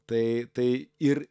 tai tai ir